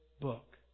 book